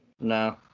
No